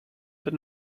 but